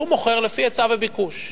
הוא מוכר לפי היצע וביקוש.